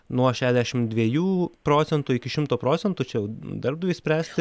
nuo šešiasdešimt dviejų procentų iki šimto procentų čia jau darbdaviui spręsti